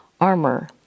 armor